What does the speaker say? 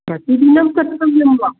प्रतिदिनं कर्तव्यं वा